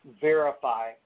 verify